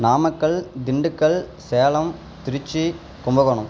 Namakkal Dindigul Salem Trichy Kumbakonam